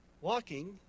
walking